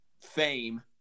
fame